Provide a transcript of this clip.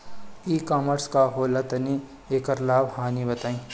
ई कॉमर्स का होला तनि एकर लाभ हानि बताई?